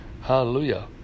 Hallelujah